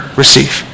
receive